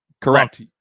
Correct